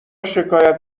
شکایت